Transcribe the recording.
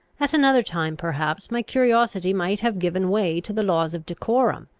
at another time perhaps my curiosity might have given way to the laws of decorum,